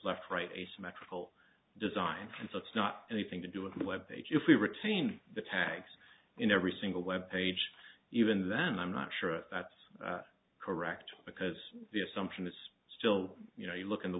left right asymmetrical design so it's not anything to do with the web page if we retain the tags in every single web page even then i'm not sure if that's correct because the assumption is still you know you look at the